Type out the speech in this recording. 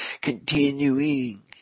Continuing